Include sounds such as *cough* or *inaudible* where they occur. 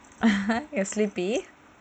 *laughs* you are sleepy